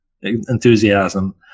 enthusiasm